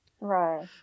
Right